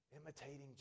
imitating